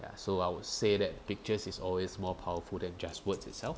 ya so I would say that pictures is always more powerful than just words itself